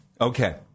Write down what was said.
Okay